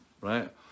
right